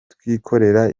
twikorera